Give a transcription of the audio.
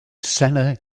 senna